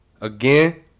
again